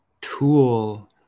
tool